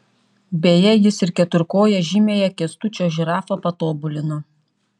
beje jis ir keturkoję žymiąją kęstučio žirafą patobulino